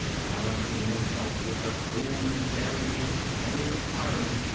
balancing himself with the cool daring of the trained fireman,